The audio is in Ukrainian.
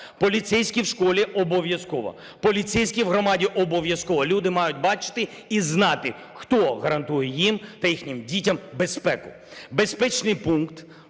Поліцейські в школі – обов'язково. Поліцейські в громаді – обов'язково. Люди мають бачити і знати, хто гарантує їм та їхнім дітям безпеку. Безпечний пункт